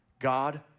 God